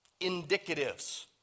indicatives